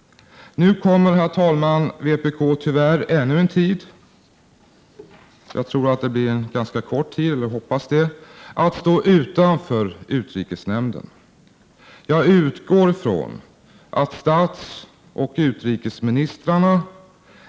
Herr talman! Nu kommer vpk tyvärr ännu en tid — jag tror att det blir en ganska kort tid, vi hoppas det — att stå utanför utrikesnämnden. Jag utgår från att statsoch utrikesministrarna